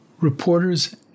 reporters